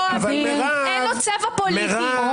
אין לו צבע פוליטי.